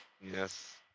Yes